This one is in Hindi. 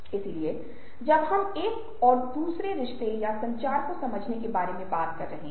और यह शायद अंतिम कदम है जिसे आप सहानुभूति की दिशा में ले सकते हैं